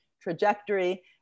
trajectory